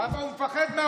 שם הוא מפחד מהרוסים, אותו.